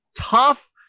tough